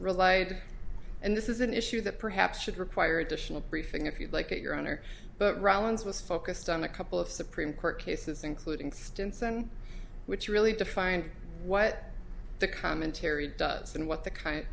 relied and this is an issue that perhaps should require additional briefing if you'd like it your honor but rollins was focused on a couple of supreme court cases including stinson which really defined what the commentary does and what the ki